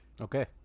Okay